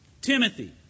Timothy